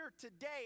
today